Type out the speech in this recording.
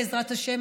בעזרת השם,